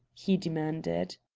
he demanded.